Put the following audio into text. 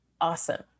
Awesome